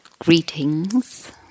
Greetings